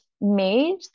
made